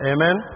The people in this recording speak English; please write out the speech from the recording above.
Amen